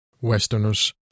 westerners